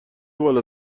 بالا